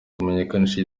kumenyekanisha